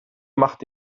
macht